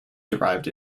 derived